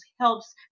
helps